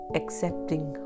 accepting